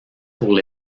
pour